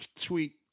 tweet